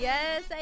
Yes